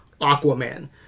Aquaman